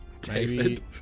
David